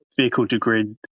vehicle-to-grid